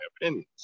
opinions